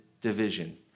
division